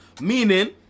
Meaning